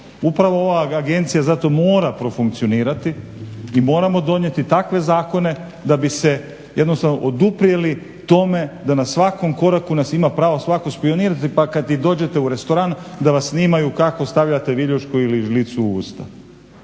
Upravo ova agencija zato mora profunkcionirati i moramo donijeti takve zakone da bi se jednostavno oduprijeti tome da na svakom koraku nas ima pravo svatko špijunirati pa kad i dođete u restoran da vas snimaju kako stavljate viljušku ili žlicu u usta.